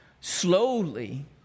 slowly